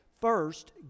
first